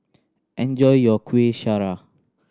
enjoy your Kueh Syara